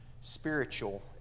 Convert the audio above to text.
spiritual